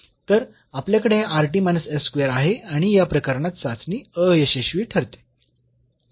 तर आपल्याकडे हे आहे आणि या प्रकरणात चाचणी अयशस्वी ठरते